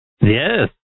Yes